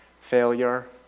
failure